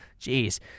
Jeez